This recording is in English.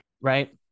Right